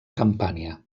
campània